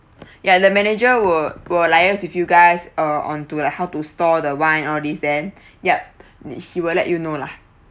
ya the manager will will liaise with you guys uh on to like uh how to store the wine all these then yup he will let you know lah